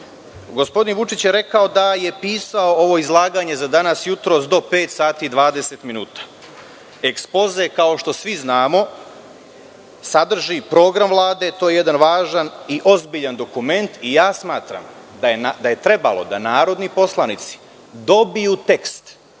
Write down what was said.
gospodin Vučić je rekao da je pisao ovo izlaganje do jutros do 5.20 časova. Ekspoze, kao što svi znamo, sadrži program Vlade. To je jedan važan i ozbiljan dokument i smatram da je trebalo da narodni poslanici dobiju tekst